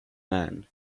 man